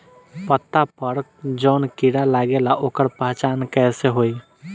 पत्ता पर जौन कीड़ा लागेला ओकर पहचान कैसे होई?